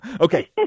Okay